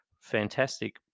fantastic